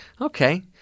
Okay